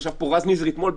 ישב פה רז ניזרי אתמול,